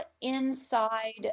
inside